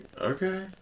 okay